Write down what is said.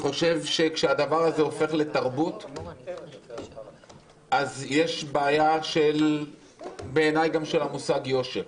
כשהדבר הזה הופך לתרבות אז יש בעיה גם של המושג יושר,